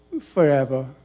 forever